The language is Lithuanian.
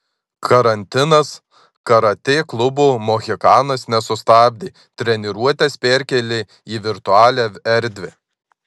karantinas karatė klubo mohikanas nesustabdė treniruotes perkėlė į virtualią erdvę